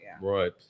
Right